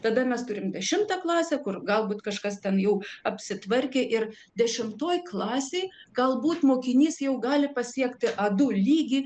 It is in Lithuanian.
tada mes turim dešimtą klasę kur galbūt kažkas ten jau apsitvarkė ir dešimtoj klasėj galbūt mokinys jau gali pasiekti a du lygį